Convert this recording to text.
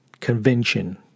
convention